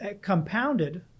compounded